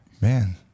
man